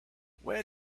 where